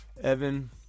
Evan